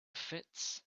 fits